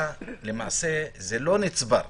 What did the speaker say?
למעשה זה לא נצבר.